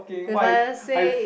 the father say